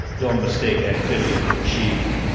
don't mistake activity for achievement.